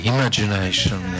Imagination